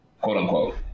Quote-unquote